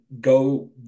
go